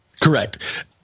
Correct